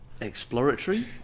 exploratory